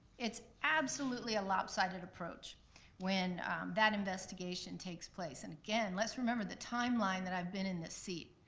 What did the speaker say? it's absolutely a lopsided approach when that investigation takes place, and again, let's remember the timeline that i've been in this seat,